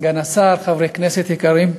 סגן השר, חברי כנסת יקרים,